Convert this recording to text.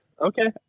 Okay